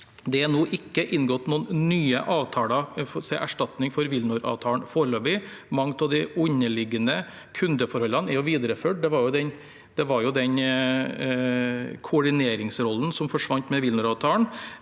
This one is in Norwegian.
Det er ikke inngått noen nye avtaler til erstatning for WilNor-avtalen foreløpig. Mange av de underliggende kundeforholdene er videreført, det var jo den koordineringsrollen som forsvant med WilNor-avtalen.